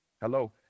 Hello